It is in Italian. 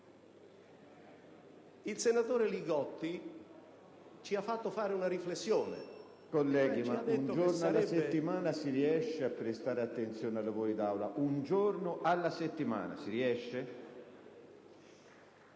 Il senatore Li Gotti ci ha fatto fare una riflessione: